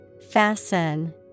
fasten